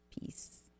peace